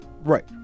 Right